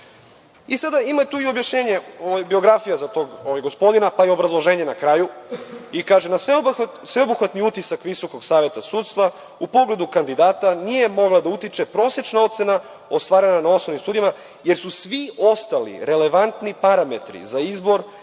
sada stoji i objašnjenje, biografija za tog gospodina, pa i obrazloženje na kraju i kaže – na sveobuhvatni utisak Visokog saveta sudstva u pogledu kandidata nije mogla da utiče prosečna ocena ostvarena na osnovnim studijama, jer su svi ostali relevantni parametri za izbor na